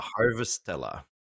Harvestella